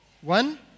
One